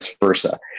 versa